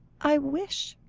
i wish